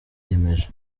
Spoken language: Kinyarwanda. biyemeje